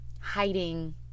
hiding